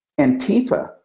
Antifa